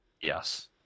Yes